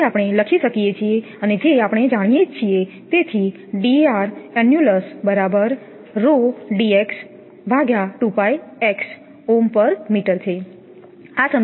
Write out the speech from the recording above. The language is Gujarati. તેથી આપણે લખી શકીએ છીએ અને જે આપણે જાણીએ છીએ તેથી આ સમીકરણ 1 છે